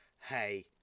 Hey